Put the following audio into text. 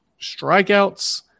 strikeouts